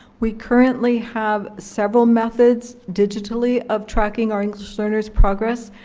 we currently have several methods digitally of tracking our english learners' progress.